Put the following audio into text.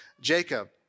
Jacob